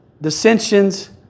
dissensions